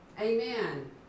Amen